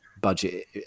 budget